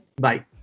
bye